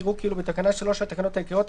יראו כאילו בתקנה 3 לתקנות העיקריות,